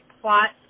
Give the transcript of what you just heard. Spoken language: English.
plot